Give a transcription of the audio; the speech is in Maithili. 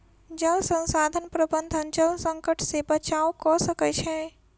जल संसाधन प्रबंधन जल संकट से बचाव कअ सकै छै